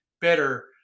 better